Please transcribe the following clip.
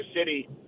City